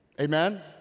Amen